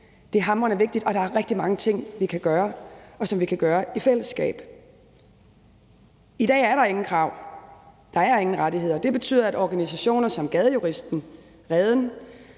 er hamrende vigtigt, og der er rigtig mange ting, vi kan gøre, og som vi kan gøre i fællesskab. I dag er der ingen krav, der er ingen rettigheder, og det betyder, at organisationer som Gadejuristen, Reden,